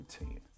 routine